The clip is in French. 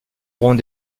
auront